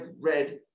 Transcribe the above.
read